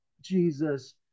Jesus